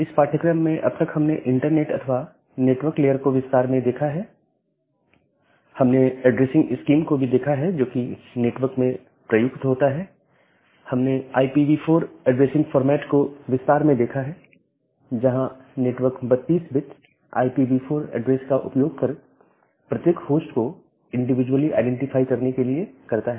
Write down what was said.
इस पाठ्यक्रम में अब तक हमने इंटरनेट अथवा नेटवर्क लेयर को विस्तार देखा है हमने ऐड्रेसिंग स्कीम को भी देखा है जो कि नेटवर्क में प्रयुक्त होता है हमने IPv4 ऐड्रेसिंग फॉर्मेट को विस्तार में देखा है जहां नेटवर्क 32 बिट IPv4 एड्रेस का उपयोग प्रत्येक होस्ट को इंडिविजुअली आईडेंटिफाई करने के लिए करता है